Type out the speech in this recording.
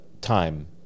time